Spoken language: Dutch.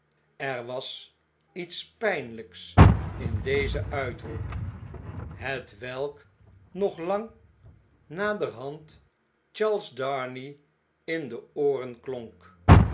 er was iets pijnljks in dezen uitroep hetwelk nog lang naderhand charles darnay in de ooren klonk